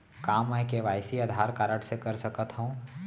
का मैं KYC Aadhaar card से कर सकत हो?